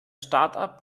startup